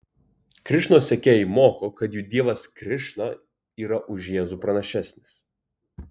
krišnos sekėjai moko kad jų dievas krišna yra už jėzų pranašesnis